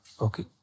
Okay